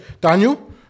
Daniel